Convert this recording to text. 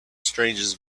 strangest